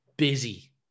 Busy